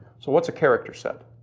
so what's a character set?